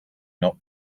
not